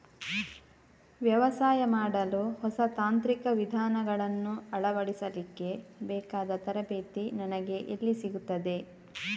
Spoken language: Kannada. ವ್ಯವಸಾಯ ಮಾಡಲು ಹೊಸ ತಾಂತ್ರಿಕ ವಿಧಾನಗಳನ್ನು ಅಳವಡಿಸಲಿಕ್ಕೆ ಬೇಕಾದ ತರಬೇತಿ ನನಗೆ ಎಲ್ಲಿ ಸಿಗುತ್ತದೆ?